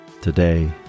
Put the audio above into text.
today